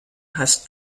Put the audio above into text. hast